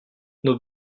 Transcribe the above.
nos